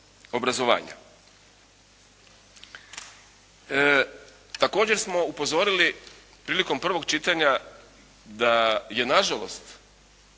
Također smo upozorili prilikom prvog čitanja da je nažalost